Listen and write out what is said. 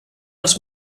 els